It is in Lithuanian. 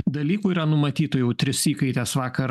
dalykų yra numatyta jau tris įkaites vakar